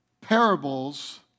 parables